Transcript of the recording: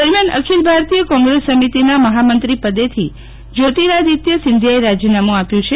દરમિયાન અખીલ ભારતીય કોંગ્રેસ સમિતિના મહામંત્રી પદ થી જ્યોતિરાદીત્ય સિંધિયાએ રાજીનામું આપ્યું છે